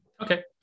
Okay